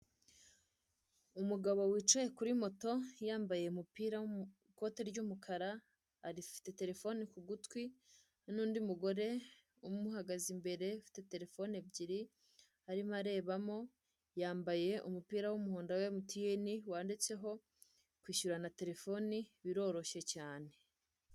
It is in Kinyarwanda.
Umugabo wicaye kuri moto yambaye ikoti ry'umukara afite telefone ku gutwi n'undi mugore umuhagaze imbere Ufite telefone ebyiri arimo arebamo yambaye umupira w'umuhondo wA emutiyeni wanditseho ngo kwishyura na terefone biroroshye cyane.